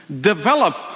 develop